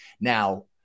Now